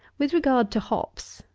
with regard to hops,